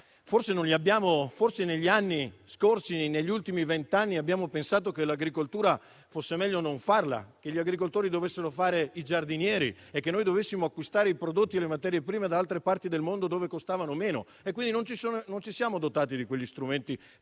scorsi, negli ultimi vent'anni, abbiamo pensato che l'agricoltura fosse meglio non farla, che gli agricoltori dovessero fare i giardinieri e che noi dovessimo acquistare i prodotti e le materie prime da altre parti del mondo dove costavano meno e quindi non ci siamo dotati degli strumenti